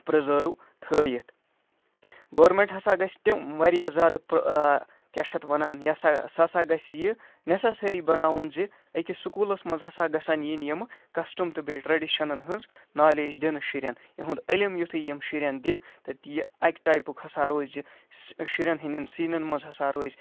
preserve تھٲوِتھ government ہسا گژھِ تِم واریاہ زیادٕ کیٛاہ چھِ اَتھ وَنان یہِ ہسا سٔہ ہسا گژھِ یہِ نیسَسٕری بناوُن زِ أکِس سکوٗلَس منٛز ہسا گژھَن یِنۍ یِمہٕ کَسٹَم تہٕ بیٚیہِ ٹرٛیڈیشَنن ہٕنٛز نالیج دِنہٕ شُرٮ۪ن یِہُنٛد علم یُتھٕے یِم شُرٮ۪ن دِن تہٕ یہِ اَکہِ ٹایپُک ہسا روزِ شُرٮ۪ن ہٕنٛدٮ۪ن سیٖنَن منٛز ہسا روزِ